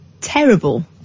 terrible